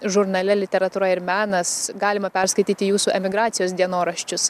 žurnale literatūra ir menas galima perskaityti jūsų emigracijos dienoraščius